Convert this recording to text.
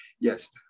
Yes